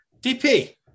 dp